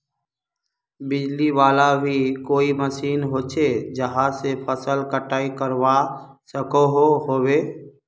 बिजली वाला भी कोई मशीन होचे जहा से फसल कटाई करवा सकोहो होबे?